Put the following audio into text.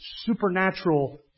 supernatural